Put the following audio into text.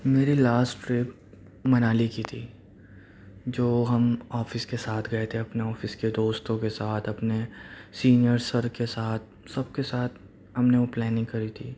میری last trip Manali کی تھی جو ہم آفس کے ساتھ گئے تھے اپنے آفس کے دوستوں کے ساتھ اپنے سینیئر سر کے ساتھ سب کے ساتھ ہم نے وہ پلاننگ کری تھی